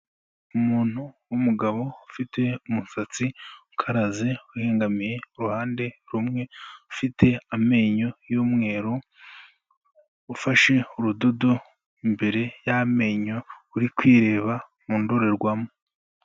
Umuntu w'umugabo ufite umusatsi ukaraze uhengamiye ku ruhande rumwe ufite amenyo y'umweru ufashe urudodo imbere y'amenyo uri kwireba mu ndororwamo.